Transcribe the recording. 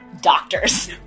Doctors